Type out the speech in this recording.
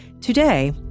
Today